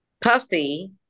Puffy